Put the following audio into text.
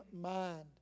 mind